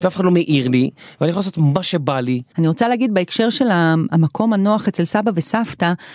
ואף אחד לא מעיר לי ואני יכול לעשות מה שבא לי אני רוצה להגיד בהקשר של המקום הנוח אצל סבא וסבתא.